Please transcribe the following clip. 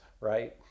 right